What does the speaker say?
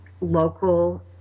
local